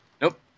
Nope